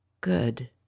good